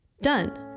Done